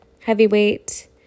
heavyweight